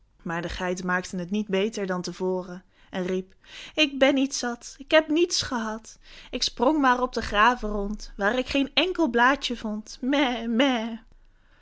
maar de geit maakte het niet beter dan te voren en riep ik ben niet zat k heb niets gehad ik sprong maar op de graven rond waar ik geen enkel blaadje vond mè mè